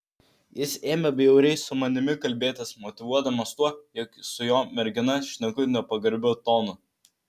jis ėmė bjauriai su manimi kalbėtis motyvuodamas tuo jog su jo mergina šneku nepagarbiu tonu